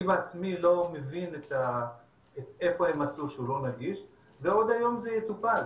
אני בעצמי לא מבין את איפה הם מצאו שהוא לא נגיש ועוד היום זה יטופל.